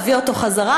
להביא אותו חזרה.